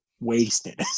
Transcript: wasted